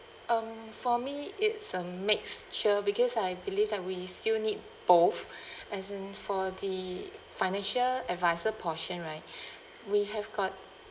um for me it's a mixture because I believe that we still need both as in for the financial advisor portion right we have got